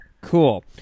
Cool